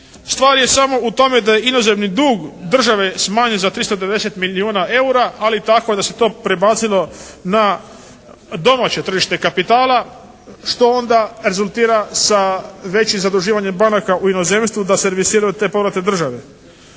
Stvar je samo u tome da je inozemni dug države smanjen za 390 milijuna EUR-a ali tako da se to prebacilo na domaće tržište kapitala što onda rezultira sa većim zaduživanjem banaka u inozemstvu da servisiraju te povrate državi.